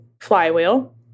flywheel